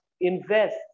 invest